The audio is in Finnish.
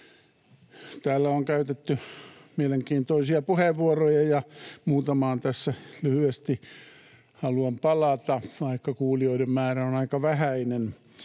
Täällä on käytetty mielenkiintoisia puheenvuoroja, ja muutamaan tässä lyhyesti haluan palata, vaikka kuulijoiden määrä on aika vähäinen.